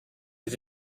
did